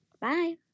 Bye